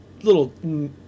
little